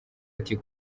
ati